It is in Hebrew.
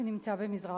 שנמצא במזרח-ירושלים.